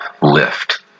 lift